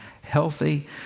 healthy